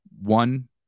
one